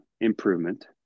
improvement